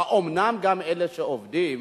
האומנם גם אלה שעובדים,